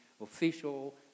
official